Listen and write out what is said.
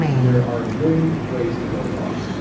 there are a million ways to go wrong.